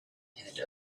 head